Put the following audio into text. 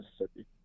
Mississippi